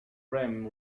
rim